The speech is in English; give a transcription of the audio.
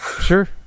sure